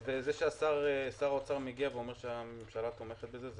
ומה עם זה ששר האוצר מגיע ואומר שהממשלה תומכת בזה?